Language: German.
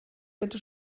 bitte